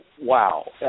wow